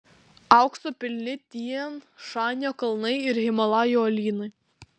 aukso pilni tian šanio kalnai ir himalajų uolynai